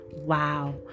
Wow